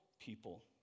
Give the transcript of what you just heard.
people